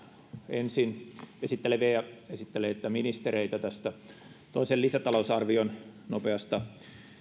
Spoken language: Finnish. ensin esitteleviä ja esitelleitä ministereitä tästä toisen lisätalousarvion nopeasta